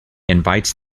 invites